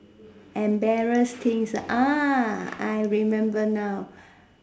embarrassing ah I remember now